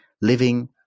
living